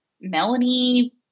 Melanie